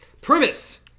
premise